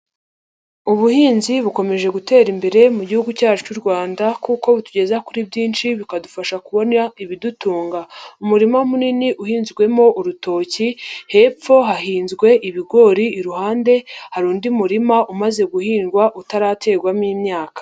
Ubuhinzi bukomeje gutera imbere mu gihugu cyacu cy'u Rwanda kuko butugeza kuri byinshi bikadufasha kubona ibidutunga. Umurima munini uhinzwemo urutoki, hepfo hahinzwe ibigori iruhande hari undi murima umaze guhingwa utaraterwamo imyaka.